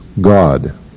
God